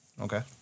Okay